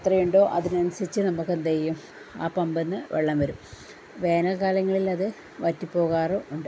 എത്രയുണ്ടോ അതിനനുസരിച്ച് നമുക്ക് എന്ത് ചെയ്യും ആ പമ്പിൽ നിന്ന് വെള്ളം വരും വേനൽ കാലങ്ങളിൽ അത് വറ്റി പോകാറും ഉണ്ട്